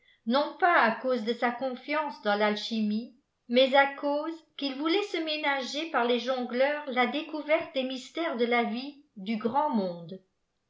non pas à cause de sa confiance dans l'alchimie niais à cause qiil voulait se ménager par les jongleurs la découverte des mystères de la vie du giand moixde